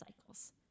cycles